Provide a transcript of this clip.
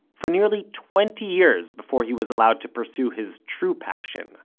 for nearly twenty years before he was allowed to pursue his true passion.